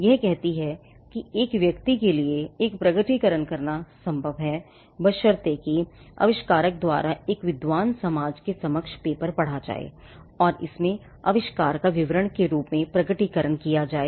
यह कहती है कि एक व्यक्ति के लिए एक प्रकटीकरण करना संभव है बशर्ते कि आविष्कारक द्वारा एक विद्वान समाज के समक्ष पेपर पढ़ा जाए और इसमें आविष्कार का विवरण के रूप में प्रकटीकरण किया जाए